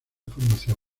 formación